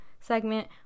segment